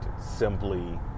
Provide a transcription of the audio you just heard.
simply